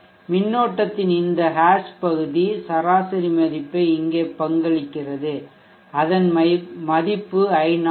மின்னோட்டத்தின் இந்த ஹாஷ் பகுதி சராசரி மதிப்பை இங்கே பங்களிக்கிறது அதன் மதிப்பு i0